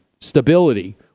stability